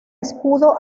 escudo